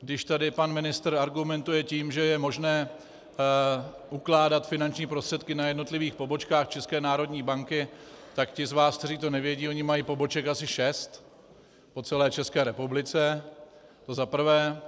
Když tady pan ministr argumentuje tím, že je možné ukládat finanční prostředky na jednotlivých pobočkách České národní banky, tak pro ty z vás, kteří to nevědí, oni mají poboček asi šest po celé České republice, to za prvé.